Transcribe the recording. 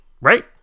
right